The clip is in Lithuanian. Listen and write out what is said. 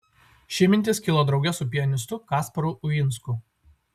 ši mintis kilo drauge su pianistu kasparu uinsku